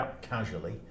casually